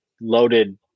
loaded